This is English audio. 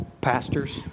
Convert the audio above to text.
Pastors